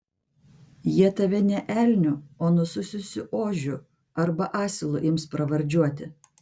jie tave ne elniu o nusususiu ožiu arba asilu ims pravardžiuoti